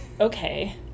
okay